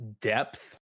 depth